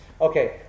Okay